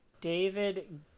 david